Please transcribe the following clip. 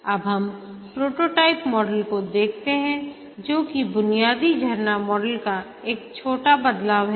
अब हम prototype model को देखते हैं जो कि बुनियादी झरना मॉडल का एक छोटा बदलाव है